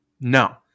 No